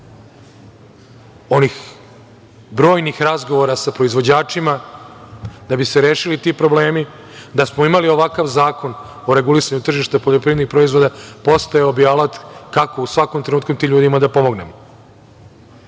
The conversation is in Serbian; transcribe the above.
onih brojnih razgovora sa proizvođačima. Da bi se rešili ti problemi, da smo imali ovakav zakon o regulisanju tržišta poljoprivrednih proizvoda, postojao bi alat kako u svakom trenutku tim ljudima da pomognemo.